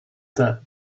that